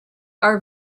are